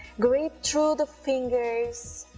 grip through the fingers